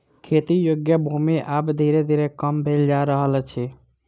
खेती योग्य भूमि आब धीरे धीरे कम भेल जा रहल अछि